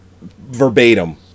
verbatim